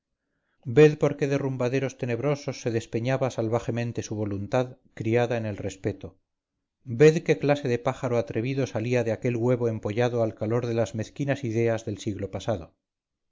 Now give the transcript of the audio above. por qué derrumbaderos tenebrosos se despeñaba salvajemente su voluntad criada en el respeto ved qué clase de pájaro atrevido salía de aquel huevo empollado al calor de las mezquinas ideas del siglo pasado